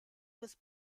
was